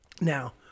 now